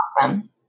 awesome